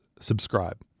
subscribe